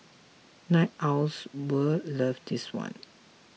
night owls will love this one